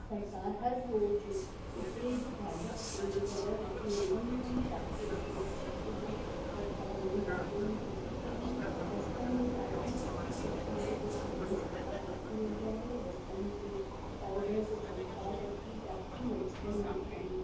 सरकार हर रोज़ु किचरे जू गाॾियूं असांजे घर वटि लघंदियूं आहिनि ताकि असां उहो कचिरे जो दॿा उन्हनि गाॾियुनि में फिटी कयूं रस्तनि ते ॾाढी सुठी सफ़ाईअ जो ध्यानु सरकार रखे रही आहे रस्तनि ते पाउडर जो छिड़काव रखी ताकि मच्छर न थियनि